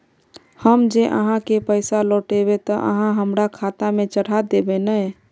हम जे आहाँ के पैसा लौटैबे ते आहाँ हमरा खाता में चढ़ा देबे नय?